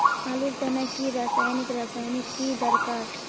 आलूर तने की रासायनिक रासायनिक की दरकार?